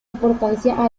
importancia